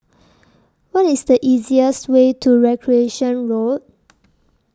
What IS The easiest Way to Recreation Road